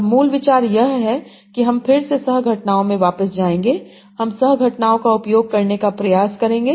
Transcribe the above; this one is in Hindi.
अब मूल विचार यह है कि हम फिर से सह घटनाओं में वापस जाएंगे हम सह घटनाओं का उपयोग करने का प्रयास करेंगे